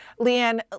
Leanne